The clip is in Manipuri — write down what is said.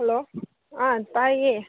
ꯍꯜꯂꯣ ꯑꯥ ꯇꯥꯏꯌꯦ